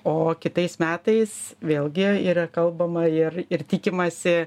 o kitais metais vėlgi yra kalbama ir ir tikimasi